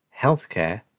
Healthcare